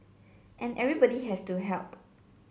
and everybody has to help